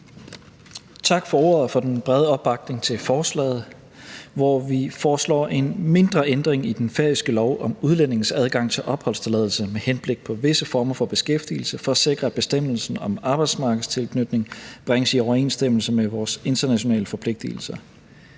Tak for ordet og for den brede opbakning til lovforslaget, hvor vi foreslår en mindre ændring i den færøske lov om udlændinges adgang til opholdstilladelse med henblik på visse former for beskæftigelse for at sikre, at bestemmelsen om arbejdsmarkedstilknytning bringes i overensstemmelse med vores internationale forpligtigelser.